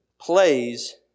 plays